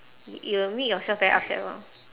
y~ you will make yourself very upset lor